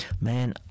man